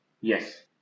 Yes